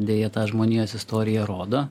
deja ta žmonijos istorija rodo